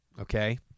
okay